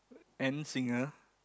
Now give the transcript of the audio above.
and singer